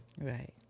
Right